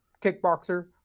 kickboxer